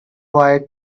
boy